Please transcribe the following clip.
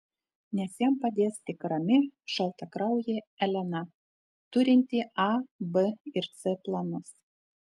nes jam padės tik rami šaltakraujė elena turinti a b ir c planus